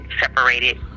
separated